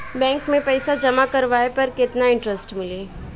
Bank में पईसा जमा करवाये पर केतना इन्टरेस्ट मिली?